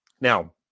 Now